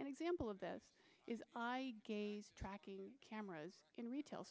an example of this is tracking cameras in retail